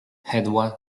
edward